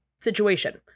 situation